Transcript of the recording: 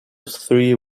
three